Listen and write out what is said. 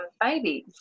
babies